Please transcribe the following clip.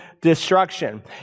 destruction